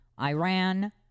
Iran